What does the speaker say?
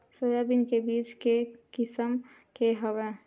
Soybean के बीज के किसम के हवय?